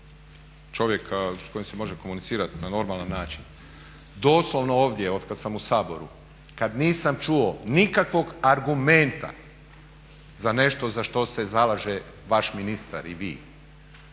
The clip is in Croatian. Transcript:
čovjeka s kojim se može komunicirati na normalno način. Doslovno ovdje od kad sam u Saboru, kad nisam čuo nikakvog argumenta za nešto za što se zalaže vaš ministar i vi